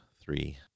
three